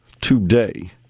today